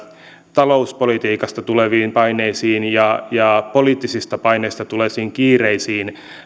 talouspolitiikasta tulevista paineista ja ja poliittisista paineista tulleista kiireistä